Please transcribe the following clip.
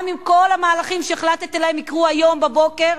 גם אם כל המהלכים שהחלטתם עליהם יקרו היום בבוקר,